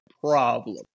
problem